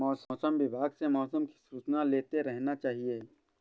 मौसम विभाग से मौसम की सूचना लेते रहना चाहिये?